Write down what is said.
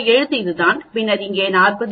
உங்கள் எழுத்து இதுதான் பின்னர் இங்கே 40